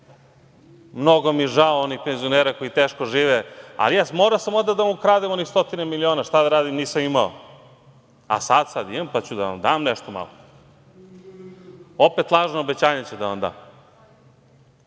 mnogo mi žao onih penzionera koji teško žive, ali jeste, morao sam onda da mu ukradem onih stotine miliona, šta da radim, nisam imao. A, sad, sad imam, pa ću da vam dam nešto malo. Opet lažno obećanje će da vam